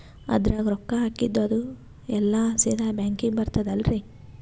ಅದ್ರಗ ರೊಕ್ಕ ಹಾಕಿದ್ದು ಅದು ಎಲ್ಲಾ ಸೀದಾ ಬ್ಯಾಂಕಿಗಿ ಬರ್ತದಲ್ರಿ?